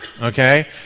Okay